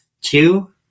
two